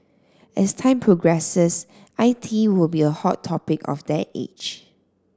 as time progresses I T will be a hot topic of that age